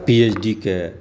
PhD के